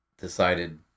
decided